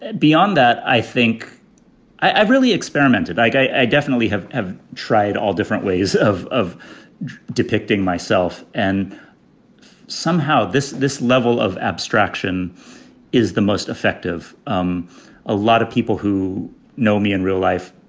and beyond that, i think i really experimented. like i definitely have have tried all different ways of of depicting myself. and somehow this this level of abstraction is the most effective. um a lot of people who know me in real life,